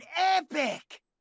Epic